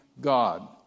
God